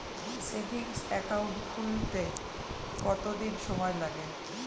Savings account খুলতে কতদিন সময় লাগে?